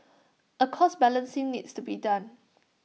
A cost balancing needs to be done